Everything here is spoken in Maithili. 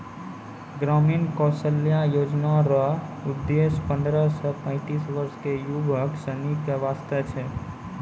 ग्रामीण कौशल्या योजना रो उद्देश्य पन्द्रह से पैंतीस वर्ष के युवक सनी के वास्ते छै